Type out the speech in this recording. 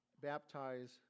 baptize